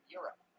Europe